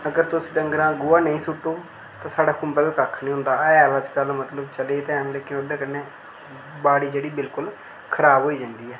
अगर तुस डंगरां गोहा नेईं सुट्टो ते साढ़े खुंबै बी कक्ख निं होंदा हैल अज्जकल मतलब चले दे ते हैन ओह्दे कन्नै बाड़ी जेह्ड़ी बिलकुल खराब होई जंदी ऐ